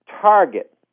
target